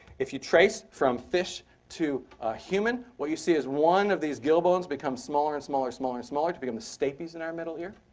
if you trace from fish to a human, what you see is one of these gill bones become smaller, and smaller, smaller, and smaller to become the stapes in our middle ear.